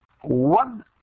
one